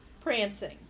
Prancing